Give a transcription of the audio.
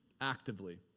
actively